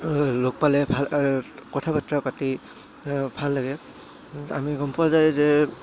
লগ পালে ভাল কথা বাৰ্তা পাতি ভাল লাগে আমি গম পোৱা যায় যে